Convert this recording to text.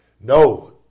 No